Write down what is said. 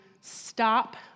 stop